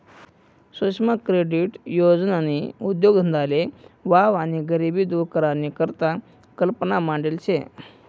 सुक्ष्म क्रेडीट योजननी उद्देगधंदाले वाव आणि गरिबी दूर करानी करता कल्पना मांडेल शे